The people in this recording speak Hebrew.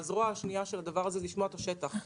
הזרוע השנייה של הדבר הזה היא לשמוע את השטח,